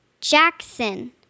Jackson